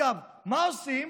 אגב, מה עושים?